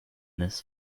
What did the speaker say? this